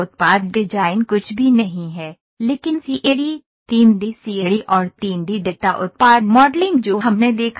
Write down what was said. उत्पाद डिजाइन कुछ भी नहीं है लेकिन सीएडी 3 डी सीएडी और 3 डी डेटा उत्पाद मॉडलिंग जो हमने देखा